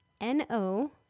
N-O